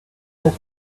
this